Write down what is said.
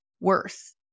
worth